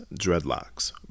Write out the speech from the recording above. Dreadlocks